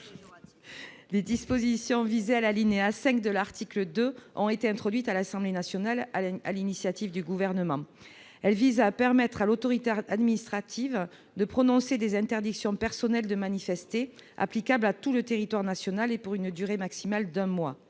Les dispositions de l'alinéa 5 de l'article 2 ont été introduites à l'Assemblée nationale sur l'initiative du Gouvernement. Elles visent à permettre à l'autorité administrative de prononcer des interdictions personnelles de manifester applicables à tout le territoire national et pour une durée maximale d'un mois.